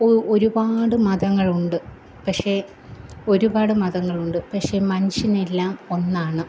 ഒരുപാട് മതങ്ങളുണ്ട് പക്ഷെ ഒരുപാട് മതങ്ങളുണ്ട് പക്ഷെ മനുഷ്യനെല്ലാം ഒന്നാണ്